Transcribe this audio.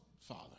father